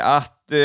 att